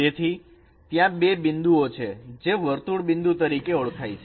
તેથી ત્યાં બે બિંદુઓ છે જે વર્તુળબિંદુ તરીકે ઓળખાય છે